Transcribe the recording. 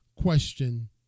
question